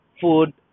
food